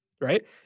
right